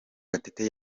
gatete